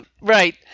right